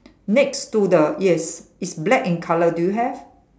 next to the yes it's black in colour do you have